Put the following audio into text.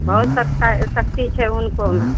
बहुत सफ शक्ति छै हुनकोमऽ